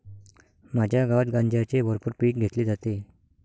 माझ्या गावात गांजाचे भरपूर पीक घेतले जाते